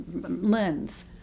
lens